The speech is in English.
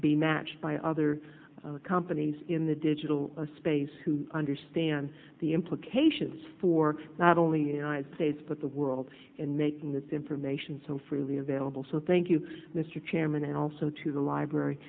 be matched by other companies in the digital space who understand the implications for not only united states but the world in making this information so freely available so thank you mr chairman and also to the library